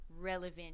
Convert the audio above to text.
relevant